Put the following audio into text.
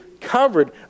covered